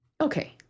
Okay